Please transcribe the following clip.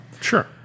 Sure